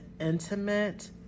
intimate